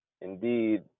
Indeed